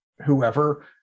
whoever